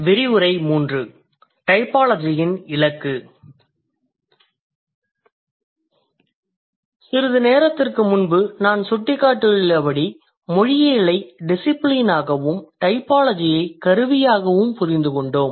சிறிது நேரத்திற்கு முன்பு நான் சுட்டிக்காட்டியபடி மொழியியலை டிசிபிலினாகவும் டைபாலஜியை கருவியாகவும் புரிந்து கொண்டோம்